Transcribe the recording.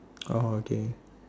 oh okay